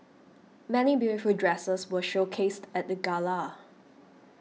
many beautiful dresses were showcased at the gala